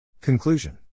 Conclusion